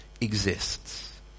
exists